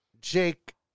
Jake